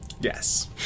Yes